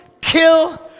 kill